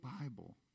Bible